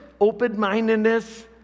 open-mindedness